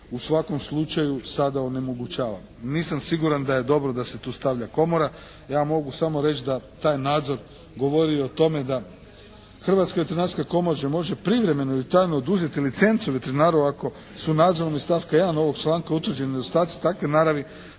u svakom slučaju sada onemogućava. Nisam siguran da je dobro da se tu stavlja komora. Ja mogu samo reći da taj nadzor govori o tome da Hrvatska veterinarska komora može privremeno ili trajno oduzeti licencu veterinaru ako su nadzorom iz stavka 1. ovog članka utvrđeni nedostaci takve naravi